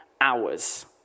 hours